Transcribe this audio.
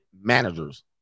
managers